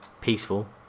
peaceful